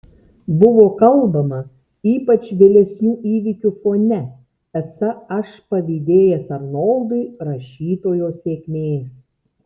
buvo kalbama ypač vėlesnių įvykių fone esą aš pavydėjęs arnoldui rašytojo sėkmės